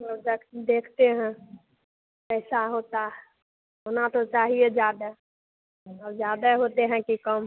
हाँ देखते हैं कैसा होता है होना तो चाहिए ज़्यादा और ज़्यादा होता है कि कम